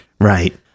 Right